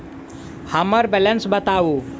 हम्मर बैलेंस बताऊ